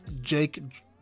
Jake